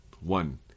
one